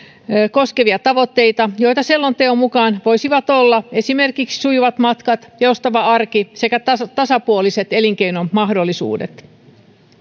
koskevia tavoitteita joita selonteon mukaan voisivat olla esimerkiksi sujuvat matkat joustava arki sekä tasapuoliset elinkeinomahdollisuudet